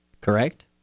correct